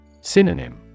Synonym